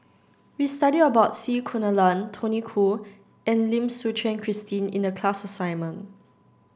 we studied about C Kunalan Tony Khoo and Lim Suchen Christine in the class assignment